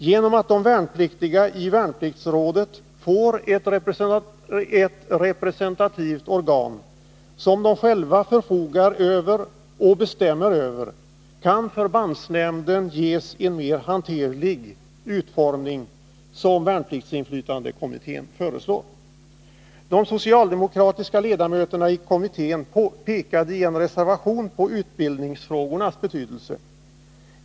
Genom att de värnpliktiga i värnpliktsrådet får ett representativt organ som de själva förfogar över och bestämmer över, kan förbandsnämnden ges en mer hanterlig utformning, som värnpliktsinflytandekommittén föreslog. De socialdemokratiska ledamöterna i kommittén pekade i en reservation på utbildningsfrågornas betydelse.